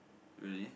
really